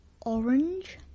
Orange